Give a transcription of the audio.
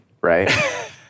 right